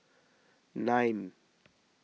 nine